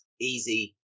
easy